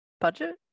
budget